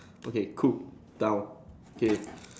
okay cool down okay